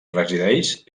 resideix